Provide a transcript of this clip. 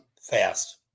fast